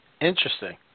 Interesting